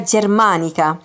Germanica